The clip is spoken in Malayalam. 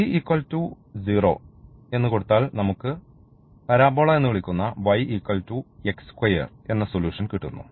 c 0 എന്ന് കൊടുത്താൽ നമുക്ക് പരാബോള എന്ന് വിളിക്കുന്ന എന്ന സൊല്യൂഷൻ കിട്ടുന്നു